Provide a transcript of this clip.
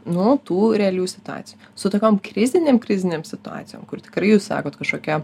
nu tų realių situacijų su tokiom krizinėm krizinėm situacijom kur tikrai jūs sakot kažkokia